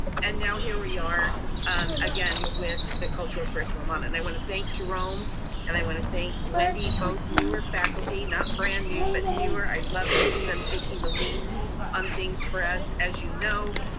and now here we are again with the cultural curriculum on it and i want to thank jerome and i wanna thank wendy, both newer faculty, not brand new, but newer. i love to see them taking the leads on things for us. as you know,